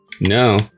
No